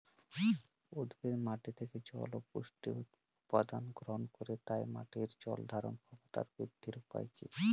উদ্ভিদ মাটি থেকে জল ও পুষ্টি উপাদান গ্রহণ করে তাই মাটির জল ধারণ ক্ষমতার বৃদ্ধির উপায় কী?